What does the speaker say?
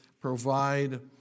provide